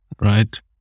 right